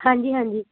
ਹਾਂਜੀ ਹਾਂਜੀ